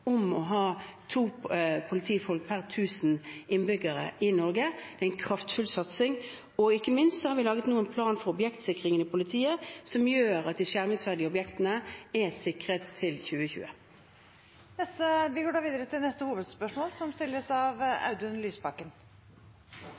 om å ha to politifolk per 1 000 innbyggere i Norge. Det er en kraftfull satsing. Ikke minst har vi laget en plan for objektsikringen i politiet som gjør at de skjermingsverdige objektene er sikret til 2020. Vi går videre til neste hovedspørsmål.